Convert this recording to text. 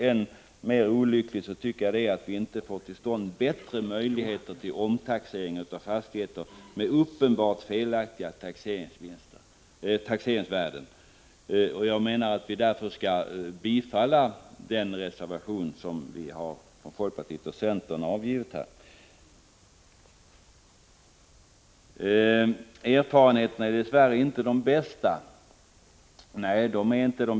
Än mer olyckligt tycker jag att det är att vi inte får till stånd bättre möjligheter till omtaxering av fastigheter med uppenbart felaktiga taxeringsvärden. Jag menar att vi därför skall bifalla den reservation som folkpartiet och centern har avgivit. Erfarenheterna är dess värre inte de bästa, sade Lars Hedfors.